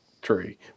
tree